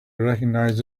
recognize